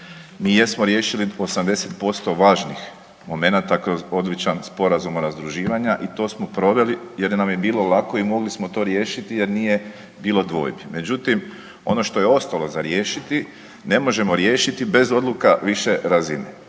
Mi jesmo riješili 80% važnih momenata kroz odličan sporazum o razdruživanja i to smo proveli jer nam je bilo lako i mogli smo to riješiti jer nije bilo dvojbi. Međutim, ono što je ostalo za riješiti ne možemo riješiti bez odluka više razine